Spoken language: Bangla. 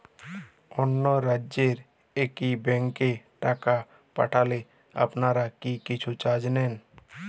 অন্য রাজ্যের একি ব্যাংক এ টাকা পাঠালে আপনারা কী কিছু চার্জ নেন?